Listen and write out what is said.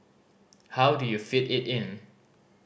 how do you fit it in